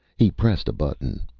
he pressed a button.